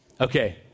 okay